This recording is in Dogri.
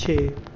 छे